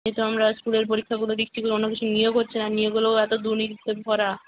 এই তো আমরা স্কুলের পরীক্ষাগুলো দিচ্ছি কোনো কিছু নিয়োগ হচ্ছে না নিয়োগ হলেও এতো দুর্নীতিতে ভরা